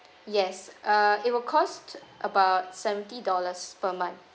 yes uh it will cost about seventy dollars per month